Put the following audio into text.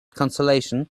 consolation